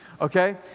Okay